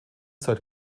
seit